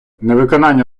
невиконання